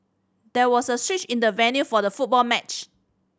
there was a switch in the venue for the football match